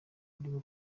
ariwe